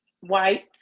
white